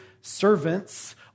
servants